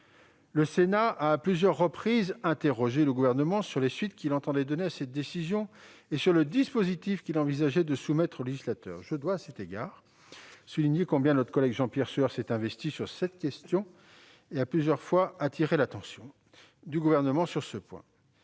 Le Sénat a, à plusieurs reprises, interrogé le Gouvernement sur les suites qu'il entendait donner à cette décision et sur le dispositif qu'il envisageait de soumettre au législateur. Je dois à cet égard souligner combien notre collègue Jean-Pierre Sueur s'est investi sur le sujet, appelant plusieurs fois l'attention du Gouvernement. Les